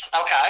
Okay